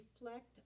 reflect